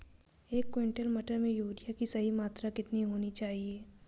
एक क्विंटल मटर में यूरिया की सही मात्रा कितनी होनी चाहिए?